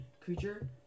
creature